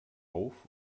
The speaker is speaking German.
auf